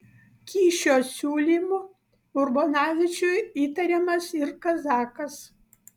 kyšio siūlymu urbonavičiui įtariamas ir kazakas